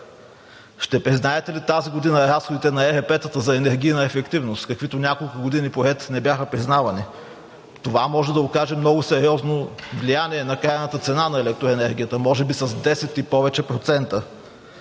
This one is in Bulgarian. Ще признаете ли тази година разходите на ЕРП-тата за енергийна ефективност, каквито няколко години поред не бяха признавани? Това може да окаже много сериозно влияние на крайната цена на електроенергията – може би с 10 и повече процента.